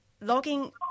logging